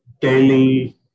Daily